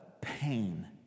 pain